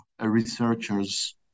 researchers